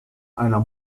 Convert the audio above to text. einer